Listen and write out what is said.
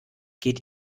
geht